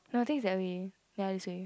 no I think it's the other way ya this way